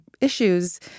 issues